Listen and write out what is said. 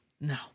No